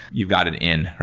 you've got an in.